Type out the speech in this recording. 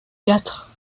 quatre